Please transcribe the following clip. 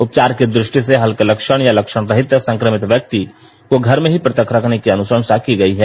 उपचार की दृष्टि से हल्के लक्षण या लक्षण रहित संक्रमित व्यक्ति का े घर में ही प्रथक रखने की अनुशंसा की गई है